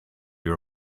your